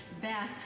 Beth